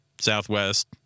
Southwest